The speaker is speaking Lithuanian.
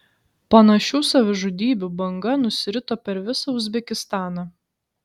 panašių savižudybių banga nusirito per visą uzbekistaną